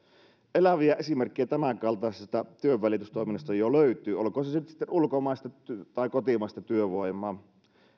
eläviä esimerkkejä tämänkaltaisesta työnvälitystoiminnasta jo löytyy olkoon se se sitten ulkomaista tai kotimaista työvoimaa